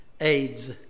AIDS